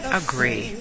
agree